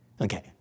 Okay